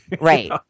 Right